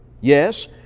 Yes